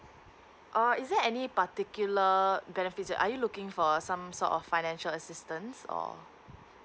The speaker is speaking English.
oo is there any particular benefits are you looking for a some sort of financial assistance or